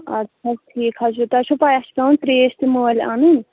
اَدٕ سا ٹھیٖک حظ چھُ تۄہہِ چھو پَے اَسہِ چھِ پٮ۪وان ترٛیش تہِ مٔلۍ اَنٕنۍ